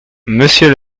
monsieur